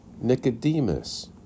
Nicodemus